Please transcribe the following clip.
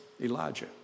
Elijah